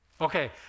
Okay